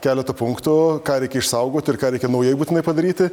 keletą punktų ką reikia išsaugoti ir ką reikia naujai būtinai padaryti